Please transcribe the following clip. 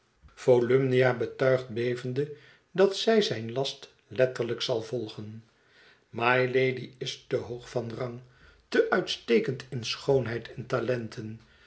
volumnia betuigt bevende dat zij zijn last letterlijk zal volgen mylady is te hoog van rang te uitstekend in schoonheid en talenten